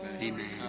Amen